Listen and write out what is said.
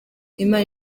imana